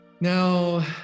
Now